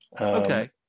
Okay